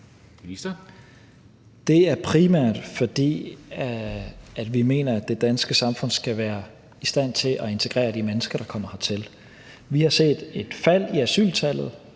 Det er primært, fordi vi mener, at det danske samfund skal være i stand til at integrere de mennesker, der kommer hertil. Vi har set et fald i asyltallet;